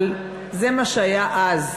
אבל זה מה שהיה אז,